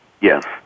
Yes